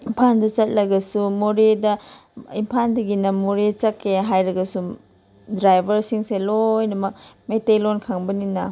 ꯏꯝꯐꯥꯜꯗ ꯆꯠꯂꯒꯁꯨ ꯃꯣꯔꯦꯗ ꯏꯝꯐꯥꯜꯗꯒꯤꯅ ꯃꯣꯔꯦ ꯆꯠꯀꯦ ꯍꯥꯏꯔꯒꯁꯨ ꯗ꯭ꯔꯥꯏꯕꯔꯁꯤꯡꯁꯦ ꯂꯣꯏꯅꯃꯛ ꯃꯩꯇꯩꯂꯣꯟ ꯈꯪꯕꯅꯤꯅ